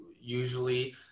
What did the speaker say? usually